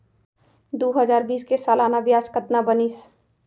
दू हजार बीस के सालाना ब्याज कतना बनिस?